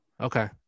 Okay